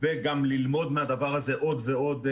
וגם ללמוד מהדבר הזה עוד ועוד.